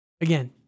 Again